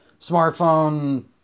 Smartphone